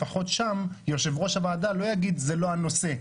לפחות שם יושב ראש הוועדה לא יגיד שזה לא הנושא.